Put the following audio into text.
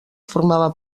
formava